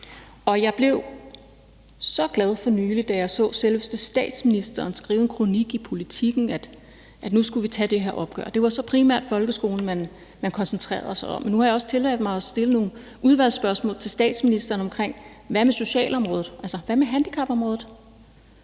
og jeg blev så glad for nylig, da jeg så, at selveste statsministeren i en kronik i Politiken skrev, at nu skulle vi tage det her opgør. Det var så primært folkeskolen, man koncentrerede sig om. Men nu har jeg også tilladt mig at stille nogle udvalgsspørgsmål til statsministeren, altså hvad med socialområdet, hvad med handicapområdet?